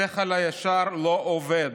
השכל הישר לא עובד.